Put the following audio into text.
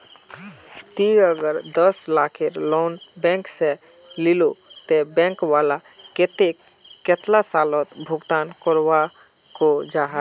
ती अगर दस लाखेर लोन बैंक से लिलो ते बैंक वाला कतेक कतेला सालोत भुगतान करवा को जाहा?